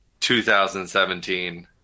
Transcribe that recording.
2017